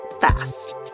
fast